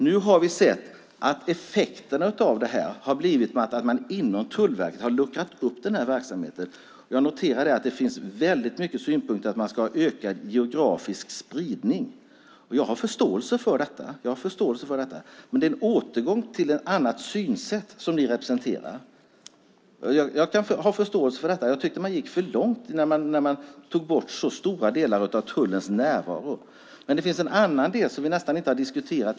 Nu har vi sett att effekterna av omorganiseringen blivit att man inom Tullverket har luckrat upp verksamheten. Det finns många synpunkter på att man ska ha ökad geografisk spridning. Jag har förståelse för det, men det är en återgång till ett gammalt synsätt som ni representerar. Jag tycker att man gick för långt när man tog bort stora delar av tullens närvaro. Det finns även en annan del som vi nästan inte alls har diskuterat.